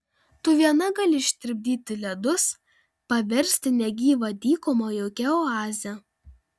tu viena gali ištirpdyti ledus paversti negyvą dykumą jaukia oaze